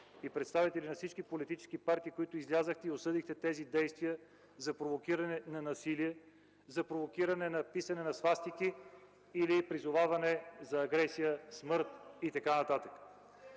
и представители на всички политически партии излязохте и осъдихте тези действия за провокиране на насилие, за провокиране на писане на свастики и призоваване към агресия, смърт и така нататък.